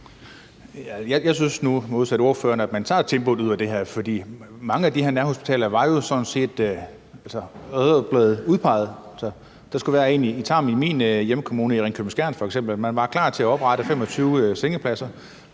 ordføreren, at man tager tempoet ud af det her, for mange af de her nærhospitaler var jo sådan set allerede blevet udpeget. Der skulle være et i Tarm i min hjemkommune, Ringkøbing-Skjern Kommune, og man var klar til at oprette 25 sengepladser.